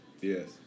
Yes